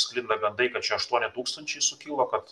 sklinda gandai kad čia aštuoni tūkstančiai sukilo kad